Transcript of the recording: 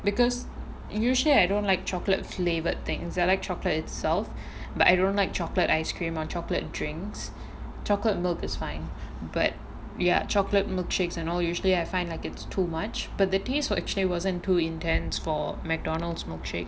because usually I don't like chocolate flavoured things I like chocolate itself but I don't like chocolate ice cream on chocolate drinks chocolate milk is fine but we are chocolate milkshakes and all usually I find like it's too much but the taste will actually wasn't too intense for McDonald's milkshake